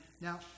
Now